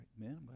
Amen